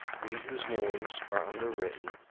we, whose names are underwritten,